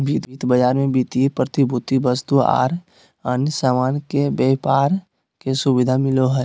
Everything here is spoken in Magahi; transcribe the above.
वित्त बाजार मे वित्तीय प्रतिभूति, वस्तु आर अन्य सामान के व्यापार के सुविधा मिलो हय